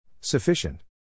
Sufficient